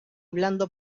blando